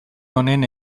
honen